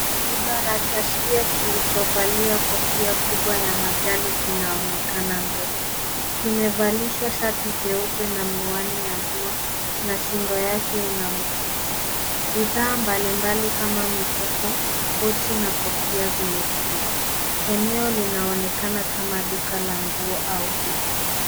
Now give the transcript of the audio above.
Kibarakashia kilichovalia kofia kubwa ya majani kinaonekana mbele. Kimevalishwa sharti jeupe na miwani ya jua na shingo yake ina mkufu. Bidhaa mbalimbali kama mikufu ,pochi na kofia zimepangwa. Eneo linaonekana kama duka la nguo au vito.